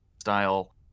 style